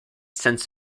sense